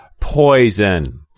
Poison